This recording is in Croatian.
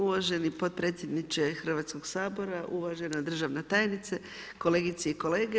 Uvaženi potpredsjedniče Hrvatskog sabora, uvažena državna tajnice, kolegice i kolege.